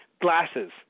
Glasses